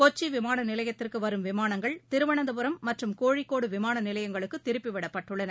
கொச்சி விமான நிலையத்திற்கு வரும் விமானங்கள் திருவனந்தபுரம் மற்றும் கோழிக்கோடு விமான நிலையங்களுக்கு திருப்பி விடப்பட்டுள்ளன